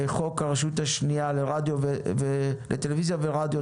חוק הרשות השנייה לטלוויזיה ורדיו,